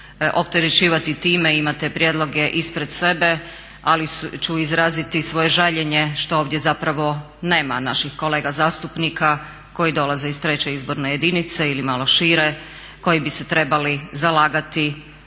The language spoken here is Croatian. opterećivati time, imate prijedloge ispred sebe, ali ću izraziti svoje žaljenje što ovdje zapravo nema naših kolega zastupnika koji dolaze iz III. izborne jedinice ili malo šire, koji bi se trebali zalagati